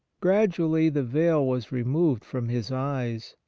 gradually the veil was removed from his eyes,